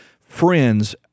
friends